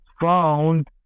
found